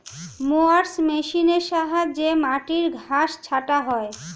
mowers মেশিনের সাহায্যে মাটির ঘাস ছাঁটা হয়